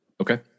Okay